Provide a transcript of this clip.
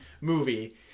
movie